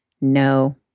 No